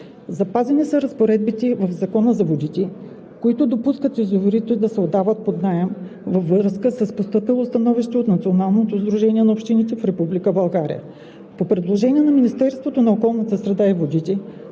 Запазени са разпоредбите в Закона за водите, които допускат язовирите да се отдават под наем във връзка с постъпило становище от Националното сдружение на общините в Република България. По предложение на Министерството на околната среда и водите